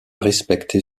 respecter